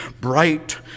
bright